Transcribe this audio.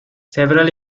several